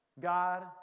God